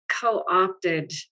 Co-opted